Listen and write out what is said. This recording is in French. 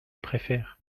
préfère